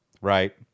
right